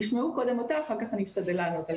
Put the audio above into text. תשמעו קודם אותה, אחר כך אני אשתדל לענות.